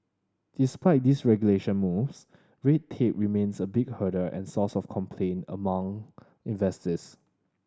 despite deregulation moves red tape remains a big hurdle and source of complaint among investors